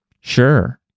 Sure